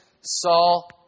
Saul